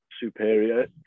superior